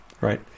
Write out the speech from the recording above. right